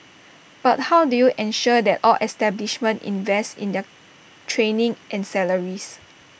but how do you ensure that all establishments invest in their training and salaries